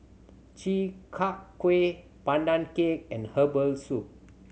Chi Kak Kuih Pandan Cake and herbal soup